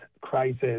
crisis